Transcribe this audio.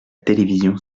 télévision